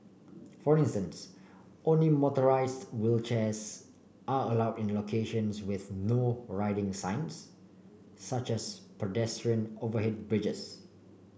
for instance only motorised wheelchairs are allowed in locations with No Riding signs such as pedestrian overhead bridges